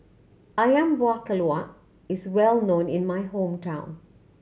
Ayam Buah Keluak is well known in my hometown